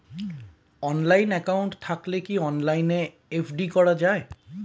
Online account থাকলে কি অনলাইনে এফ.ডি করা যায়?